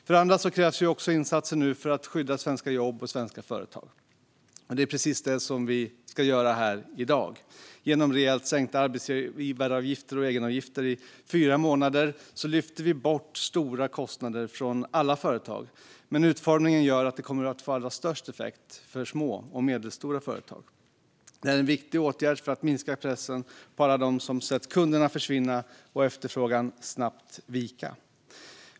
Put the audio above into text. För det andra krävs nu insatser för att skydda svenska jobb och företag. Det är precis det vi ska göra här i dag. Genom rejält sänkta arbetsgivaravgifter och egenavgifter i fyra månader lyfter vi bort kostnader för alla företag, men utformningen gör att det kommer att få störst effekt för små och medelstora företag. Detta är en viktig åtgärd för att minska pressen på alla dem som har sett kunder försvinna och efterfrågan snabbt vika.